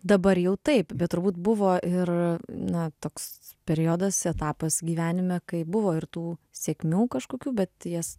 dabar jau taip bet turbūt buvo ir na toks periodas etapas gyvenime kai buvo ir tų sėkmių kažkokių bet jas